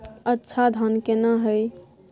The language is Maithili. अच्छा धान केना हैय?